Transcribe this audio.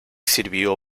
sirvió